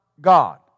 god